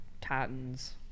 titans